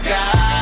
God